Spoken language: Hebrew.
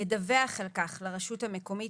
ידווח על כך לרשות המקומית,